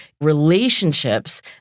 relationships